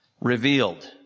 revealed